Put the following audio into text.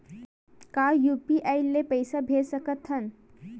का यू.पी.आई ले पईसा भेज सकत हन?